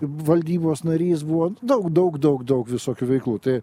valdybos narys buvo daug daug daug daug visokių veiklų tai